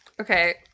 Okay